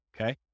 Okay